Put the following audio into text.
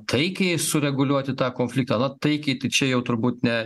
taikiai sureguliuoti tą konfliktą na taikiai čia jau turbūt ne